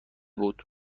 بود